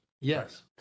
yes